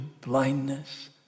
blindness